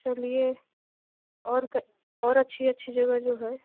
चलिए और क और अच्छी अच्छी जगह जो है